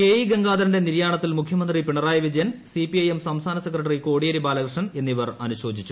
K E ഗംഗാധരന്റെ നിത്യാണത്തിൽ മുഖ്യമന്ത്രി പിണറായിവിജയൻ സിപിഐ എം സംസ്ഥിന്റ് സെക്രട്ടറി കോടിയേരി ബാലകൃഷ്ണൻ എന്നിവർ അനുശോചിച്ചു